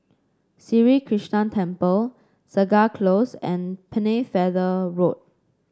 Sri Krishnan Temple Segar Close and Pennefather Road